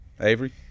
Avery